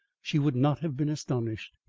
she would not have been astonished.